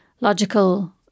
logical